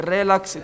Relax